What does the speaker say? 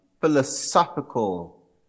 philosophical